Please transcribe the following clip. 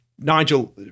Nigel